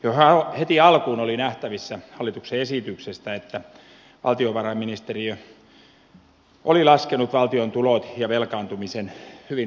jo heti alkuun oli nähtävissä hallituksen esityksestä että valtiovarainministeriö oli laskenut valtion tulot ja velkaantumisen hyvin ylioptimistisiksi